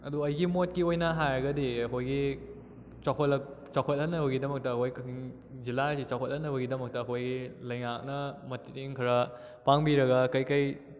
ꯑꯗꯣ ꯑꯩꯒꯤ ꯃꯣꯠꯀꯤ ꯑꯣꯏꯅ ꯍꯥꯏꯔꯒꯗꯤ ꯑꯩꯈꯣꯏꯒꯤ ꯆꯥꯎꯈꯠꯂꯛ ꯆꯥꯎꯈꯠꯍꯟꯅꯕꯒꯤꯗꯃꯛꯇ ꯑꯩꯈꯣꯏ ꯀꯛꯆꯤꯡ ꯖꯤꯂꯥꯁꯤ ꯆꯥꯎꯈꯠ ꯍꯟꯅꯕꯒꯤꯗꯃꯛꯇ ꯑꯩꯈꯣꯏꯒꯤ ꯂꯩꯉꯥꯛꯅ ꯃꯇꯦꯡ ꯈꯔ ꯄꯥꯡꯕꯤꯔꯒ ꯀꯔꯤ ꯀꯔꯤ